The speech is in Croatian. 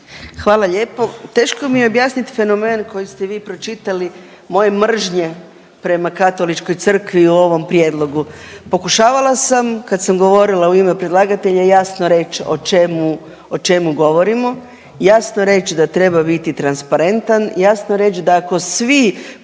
Hvala lijepo. Teško mi je objasniti fenomen koji ste pročitali moje mržnje prema Katoličkoj crkvi u ovom prijedlogu. Pokušavala sam kad sam govorila u ime predlagatelja jasno reć o čemu, o čemu govorimo, jasno reć da treba biti transparentan, jasno reć da ako svi